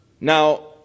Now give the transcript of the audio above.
Now